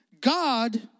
God